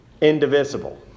indivisible